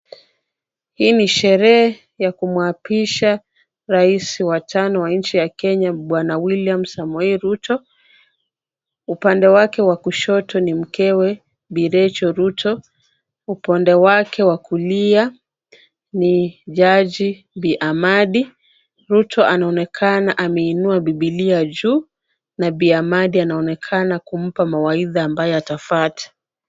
Hii ni sherehe ya kumuapisha rais wa tano wa nchi ya Kenya bwana William Samoei Ruto. Upande wake wa kushoto ni mkewe Bi. Rechael Ruto. Upande wake wa kulia ni jaji bi Hamadi. Ruto anaonekana ameinua bibilia juu na bi Hamadi anaonekana kumpa mawaidha ambayo atafuata.